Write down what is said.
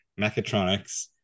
mechatronics